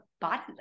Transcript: body